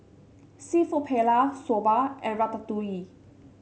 seafood Paella Soba and Ratatouille